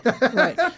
Right